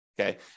Okay